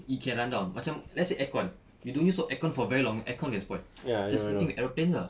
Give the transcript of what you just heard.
it can run down macam let's say aircon you don't use your aircon for very long aircon can spoil it's the same thing with aeroplanes ah